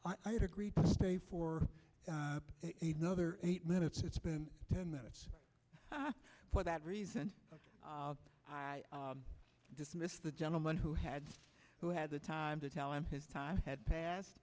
had agreed to stay for another eight minutes it's been ten minutes for that reason i dismiss the gentleman who had who had the time to tell him his time had passed